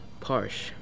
Parsh